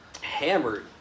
hammered